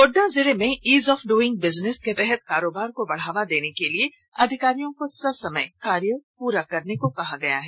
गोड़डा जिले में ease of doing business के तहत कारोबार को बढ़ावा देने के लिए अधिकारियों को ससमय कार्यों को पूरा करने को कहा गया है